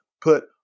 put